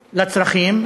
לצרכים,